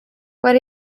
are